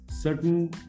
certain